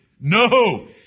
No